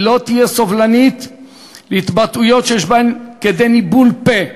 היא לא תהיה סובלנית להתבטאויות שיש בהן כדי ניבול פה,